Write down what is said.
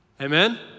Amen